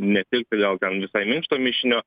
nepirkti gal ten minkšto mišinio